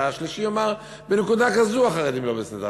והשלישי יאמר: בנקודה כזו החרדים לא בסדר.